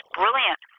brilliant